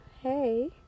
Hey